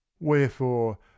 wherefore